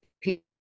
people